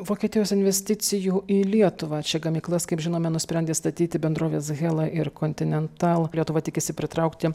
vokietijos investicijų į lietuvą čia gamyklas kaip žinome nusprendė statyti bendrovės hella ir continental lietuva tikisi pritraukti